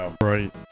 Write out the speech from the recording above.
Right